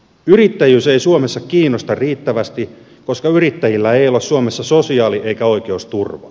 yrittäjyys ei suomessa kiinnosta riittävästi koska yrittäjillä ei ole suomessa sosiaali eikä oikeusturvaa